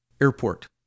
airport